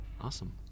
Awesome